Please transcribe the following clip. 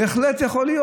בהחלט יכול להיות.